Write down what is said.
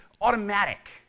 automatic